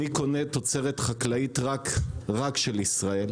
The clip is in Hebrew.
אני קונה תוצרת חקלאית רק של ישראל,